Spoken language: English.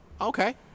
Okay